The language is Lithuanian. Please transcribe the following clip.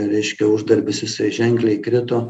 reiškia uždarbis jisai ženkliai krito